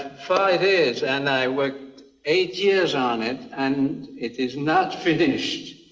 far it is, and i worked eight years on it and it is not finished.